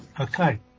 Okay